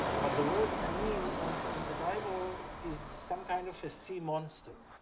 but the word tniin in the in the bible is some kind of a sea monster.